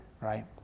right